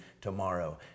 tomorrow